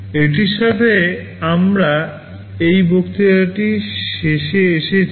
এটির সাথে আমরা এই বক্তৃতার শেষে এসেছি